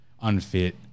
unfit